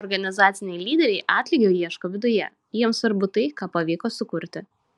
organizaciniai lyderiai atlygio ieško viduje jiems svarbu tai ką pavyko sukurti